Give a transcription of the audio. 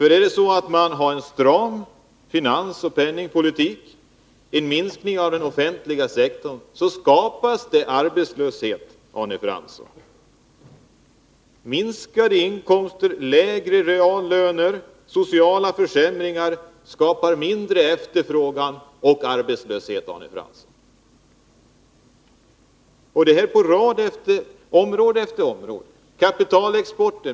Har man en stram finansoch penningpolitik och en minskning av den offentliga sektorn, så skapas det arbetslöshet, Arne Fransson. Minskade inkomster, lägre reallöner och sociala försämringar skapar mindre efterfrågan och arbetslöshet. Detta sker på område efter område.